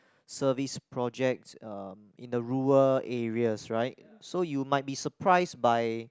service project um in the rural areas right so you might be surprised by